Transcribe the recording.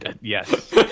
Yes